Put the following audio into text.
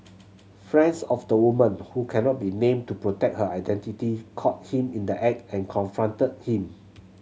friends of the woman who cannot be named to protect her identity caught him in the act and confronted him